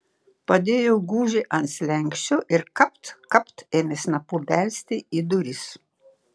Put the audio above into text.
padėjo gūžį ant slenksčio ir kapt kapt ėmė snapu belsti į duris